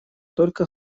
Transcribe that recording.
только